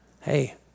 hey